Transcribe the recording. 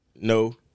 No